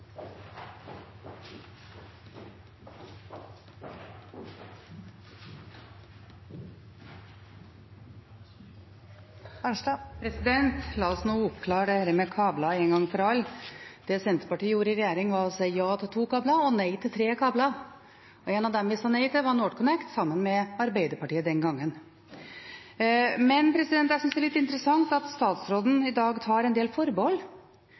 La oss nå oppklare dette med kabler en gang for alle: Det Senterpartiet gjorde i regjering, var å si ja til to kabler og nei til tre kabler. En av dem vi sa nei til, var NorthConnect, sammen med Arbeiderpartiet den gangen. Jeg synes det er litt interessant at statsråden i dag tar en del forbehold.